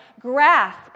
grasp